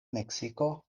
meksiko